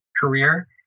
career